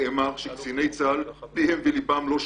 נאמר שקציני צה"ל פיהם וליבם לא שווים.